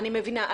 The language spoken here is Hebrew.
אני מבינה.